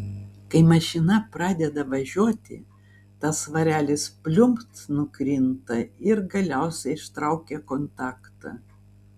kai mašina pradeda važiuoti tas svarelis pliumpt nukrinta ir galiausiai ištraukia kontaktą